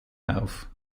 auf